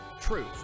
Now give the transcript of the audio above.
Truth